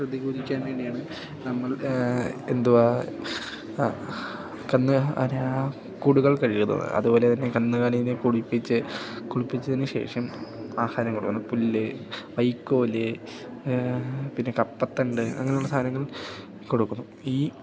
പ്രതികൂലിക്കാൻ വേണ്ടിയാണ് നമ്മള് എന്തുവാ കൂടുകൾ കഴുകുന്നത് അതുപോലെ തന്നെ കന്നുകാലിയിനെ കുളിപ്പിച്ച് കുളിപ്പിച്ചതിനു ശേഷം ആഹാരം കൊടുക്കുന്നു പുല്ല് വൈക്കോല് പിന്നെ കപ്പത്തണ്ട് അങ്ങനെയുള്ള സാധനങ്ങൾ കൊടുക്കുന്നു ഈ